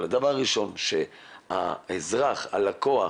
אבל הדבר הראשון שהאזרח, הלקוח